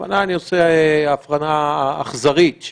אני עושה הבחנה אכזרית.